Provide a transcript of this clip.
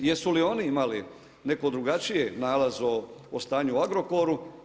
I jesu li oni imali neki drugačiji nalaz o stanju u Agrokoru.